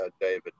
David